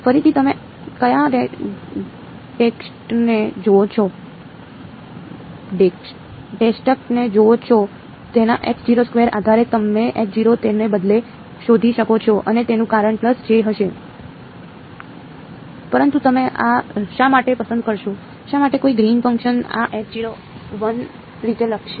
ફરીથી તમે કયા ટેક્સ્ટને જુઓ છો તેના આધારે તમે તેને બદલે શોધી શકો છો અને તેનું કારણ j હશે પરંતુ તમે શા માટે પસંદ કરશો શા માટે કોઈ ગ્રીન્સ ફંકશન આ રીતે લખશે